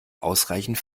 ausreichend